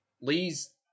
lee's